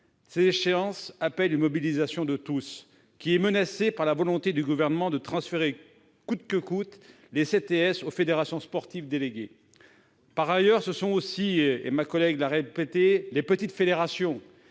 Ces échéances appellent la mobilisation de tous. Or celle-ci est menacée par la volonté du Gouvernement de transférer coûte que coûte les CTS aux fédérations sportives déléguées. Par ailleurs, ma collègue l'a dit, les petites fédérations